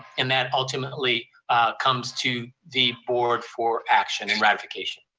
and that ultimately comes to the board for action and ratification.